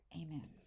Amen